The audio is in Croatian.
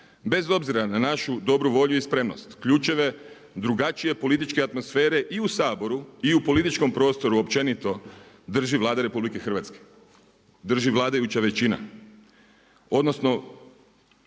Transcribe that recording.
Bez obzira na našu dobru volju i spremnost, ključeve drugačije političke atmosfere i u Saboru i u političkom prostoru općenito drži Vlada RH, drži vladajuća većina odnosno